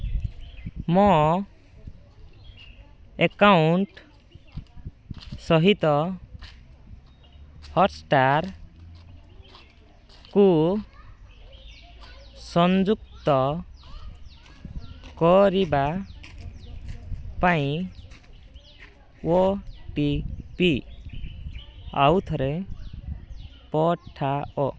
ମୋ ଆକାଉଣ୍ଟ ସହିତ ହଟ୍ଷ୍ଟାର୍କୁ ସଂଯୁକ୍ତ କରିବା ପାଇଁ ଓ ଟି ପି ଆଉ ଥରେ ପଠାଅ